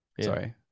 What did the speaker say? Sorry